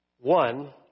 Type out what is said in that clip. One